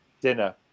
dinner